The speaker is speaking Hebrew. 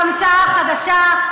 ההמצאה החדשה,